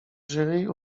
jury